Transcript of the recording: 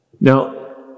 Now